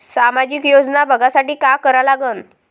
सामाजिक योजना बघासाठी का करा लागन?